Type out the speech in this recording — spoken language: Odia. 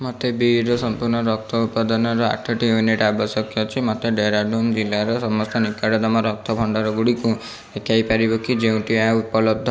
ମୋତେ ବି ର ସମ୍ପୂର୍ଣ୍ଣ ରକ୍ତ ଉପାଦାନର ଆଠଟି ୟୁନିଟ୍ ଆବଶ୍ୟକ ଅଛି ମୋତେ ଡେରାଡ଼ୁନ୍ ଜିଲ୍ଲାର ସମସ୍ତ ନିକଟତମ ରକ୍ତ ଭଣ୍ଡାର ଗୁଡ଼ିକୁ ଦେଖାଇ ପାରିବ କି ଯେଉଁଠି ଏହା ଉପଲବ୍ଧ